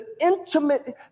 intimate